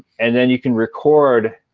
and then you can record